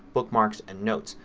bookmarks, and notes.